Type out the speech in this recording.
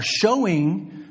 showing